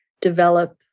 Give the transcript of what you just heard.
develop